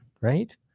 right